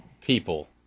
people